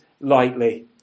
lightly